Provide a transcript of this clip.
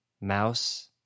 mouse